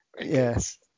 yes